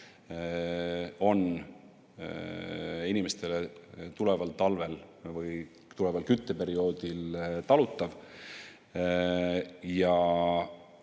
on inimestele tuleval talvel, tuleval kütteperioodil talutav.